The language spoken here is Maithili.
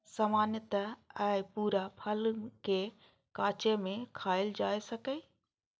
सामान्यतः अय पूरा फल कें कांचे मे खायल जा सकैए